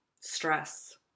stress